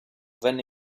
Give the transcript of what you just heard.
venne